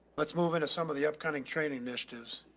let's move into some of the upcoming training initiatives.